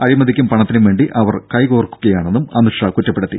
അഴിമതിക്കും പണത്തിനുംവേണ്ടി അവർ കൈകോർക്കുകയാണെന്നും അമിത്ഷാ കുറ്റപ്പെടുത്തി